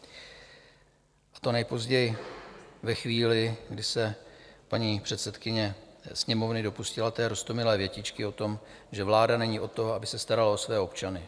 A to nejpozději ve chvíli, kdy se paní předsedkyně Sněmovny dopustila té roztomilé větičky o tom, že vláda není od toho, aby se starala o své občany.